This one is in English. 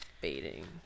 baiting